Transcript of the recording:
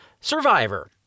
Survivor